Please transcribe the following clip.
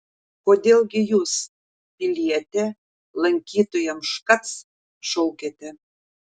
kodėl gi jūs piliete lankytojams škac šaukiate